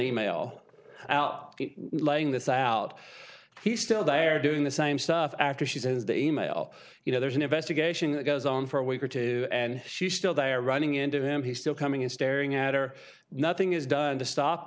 e mail out laying this out he still they are doing the same stuff after she says the e mail you know there's an investigation that goes on for a week or two and she still they are running into him he still coming in staring at her nothing is done to stop